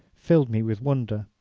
filled me with wonder.